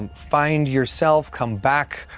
find yourself, come back,